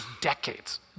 decades